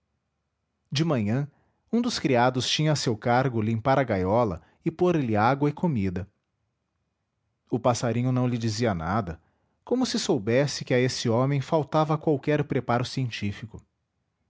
de manhã um dos criados tinha a seu cargo limpar a gaiola e por lhe água e comida o passarinho não lhe dizia nada como se soubesse que a esse homem faltava qualquer preparo científico